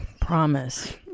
promise